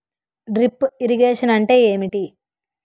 Drip irrigation అంటే ఏమిటి?